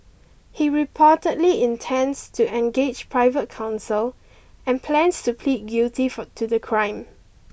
he reportedly intends to engage private counsel and plans to plead guilty for to the crime